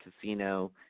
Casino